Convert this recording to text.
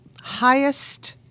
highest